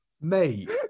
Mate